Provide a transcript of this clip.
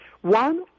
One